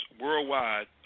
worldwide